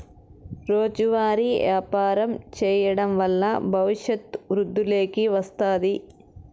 రోజువారీ వ్యాపారం చేయడం వల్ల భవిష్యత్తు వృద్ధిలోకి వస్తాది